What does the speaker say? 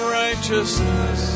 righteousness